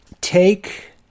take